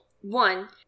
One